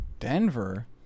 Denver